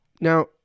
now